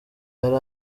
yari